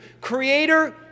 Creator